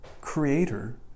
creator